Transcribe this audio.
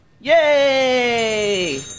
Yay